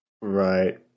right